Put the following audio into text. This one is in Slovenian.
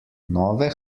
nove